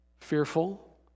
fearful